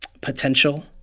potential